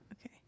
Okay